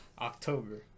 October